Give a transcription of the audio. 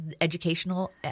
educational